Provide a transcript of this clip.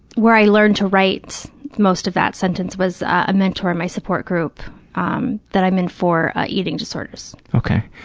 where i learned to write most of that sentence was a mentor in my support group um that i'm in for ah eating disorders. okay.